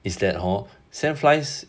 is that hor sand flies